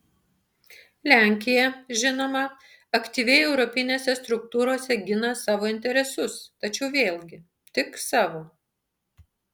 lenkija žinoma aktyviai europinėse struktūrose gina savo interesus tačiau vėlgi tik savo